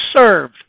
serve